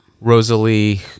Rosalie